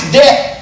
death